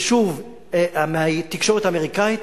ושוב, מהתקשורת האמריקנית